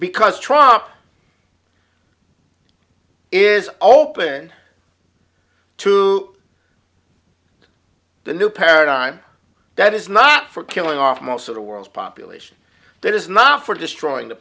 because trump is open to the new paradigm that is not for killing off most of the world's population that is not for destroying the